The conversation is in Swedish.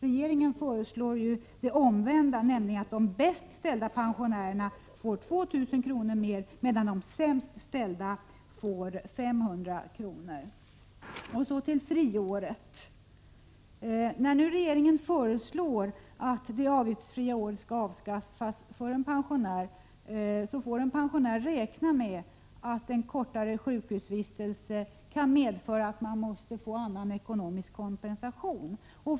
Regeringen föreslår det omvända, nämligen att de bäst ställda pensionärerna får 2 000 kr. mer medan de sämst ställda får 500 kr. Så till friåret. När nu regeringen föreslår att det avgiftsfria året skall avskaffas, får en pensionär räkna med att en kortare sjukhusvistelse kan medföra att man måste få annan ekonomisk kompensation.